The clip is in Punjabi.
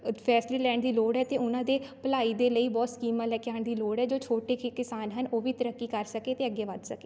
ਫੈਸਲੇ ਲੈਣ ਦੀ ਲੋੜ ਹੈ ਅਤੇ ਉਹਨਾਂ ਦੇ ਭਲਾਈ ਦੇ ਲਈ ਬਹੁਤ ਸਕੀਮਾਂ ਲੈ ਕੇ ਆਉਣ ਦੀ ਲੋੜ ਹੈ ਜੋ ਛੋਟੇ ਕਿ ਕਿਸਾਨ ਹਨ ਉਹ ਵੀ ਤਰੱਕੀ ਕਰ ਸਕੇ ਅਤੇ ਅੱਗੇ ਵੱਧ ਸਕੇ